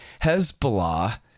Hezbollah